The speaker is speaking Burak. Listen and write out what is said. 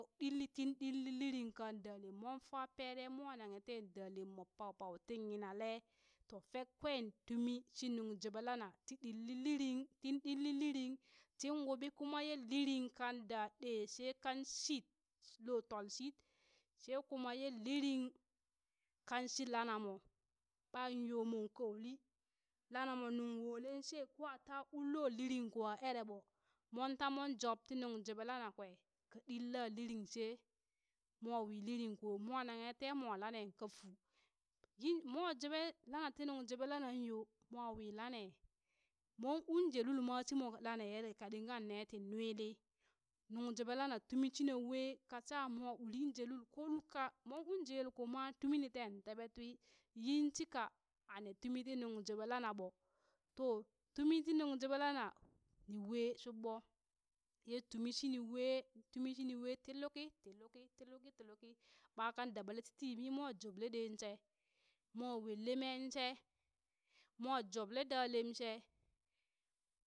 Ɗilli tin ɗilli liring kan dalem mon fa pere mwa nanghe ten dalemmo paupau ti yinale to fek kwen tumi shi nung joɓelana ti ɗilli liring tin ɗilli lirning tin wuɓi kuma ye liring kan da ɗe she kan shit lo tolshit she kuman ye liring kan shi lanamo ɓanyo mon ka uli lana mo nung wolen she kowa ta un lo liring ko a ere ɓo monta mon job ti nung joɓe lana kwe ka ɗilla liring she mowi liring koyo mwa nanghe temwan lane kafu yin mwa joɓe lana ti nung joɓe lanan yo mo wi lane mon un je lul ma shi mo lane yele kane ti nwili nung joɓe lana tumi shina wee ka sha mo ulin je lul ko lulka mon u je yelko ma tumiten teɓe twi yinshika a ne tumi ti nung joɓe lana ɓo to tumi ti nuŋ joɓe lana ni we shuɓɓo, ye tumi shini wee tumi shini we ti luki ti luki ti luki ti luki ɓa kan daɓale titi mon joble ɗen she mwa wolle meen she mwa joɓle da lem she